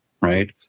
right